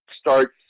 starts